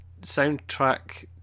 soundtrack